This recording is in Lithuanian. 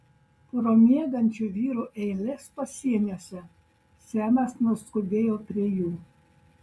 pro miegančių vyrų eiles pasieniuose semas nuskubėjo prie jų